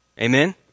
Amen